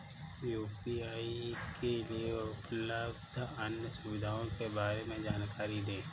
UPI के लिए उपलब्ध अन्य सुविधाओं के बारे में जानकारी दें?